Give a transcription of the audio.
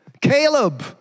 Caleb